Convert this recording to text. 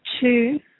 two